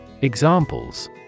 Examples